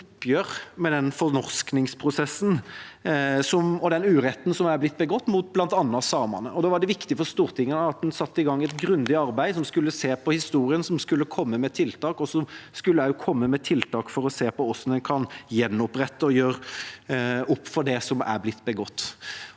oppgjør med den fornorskingsprosessen og den uretten som er blitt begått mot bl.a. samene. Da var det viktig for Stortinget at en satte i gang et grundig arbeid som skulle se på historien og komme med tiltak, også tiltak for å se på hvordan en kan gjenopprette og gjøre opp for det som er blitt begått.